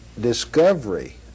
discovery